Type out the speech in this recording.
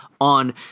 on